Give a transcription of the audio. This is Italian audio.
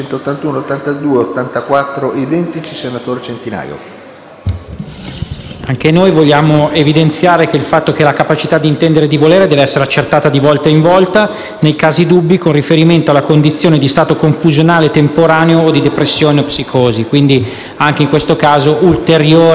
Anche noi vogliamo evidenziare il fatto che la capacità di intendere e di volere debba essere accertata di volta in volta, nei casi dubbi, con riferimento alla condizione di stato confusionale temporaneo o di depressione o di psicosi. Anche in questo caso, quindi, occorrono ulteriori analisi e accertamenti sullo stato del paziente.